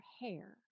hair